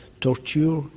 torture